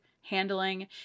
handling